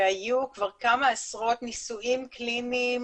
והיו כבר עשרות ניסויים קליניים